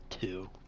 two